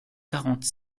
quarante